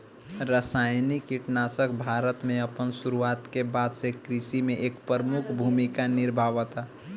रासायनिक कीटनाशक भारत में अपन शुरुआत के बाद से कृषि में एक प्रमुख भूमिका निभावता